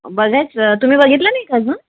बघायचं तुम्ही बघितलं नाही का अजून